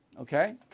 okay